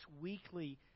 weekly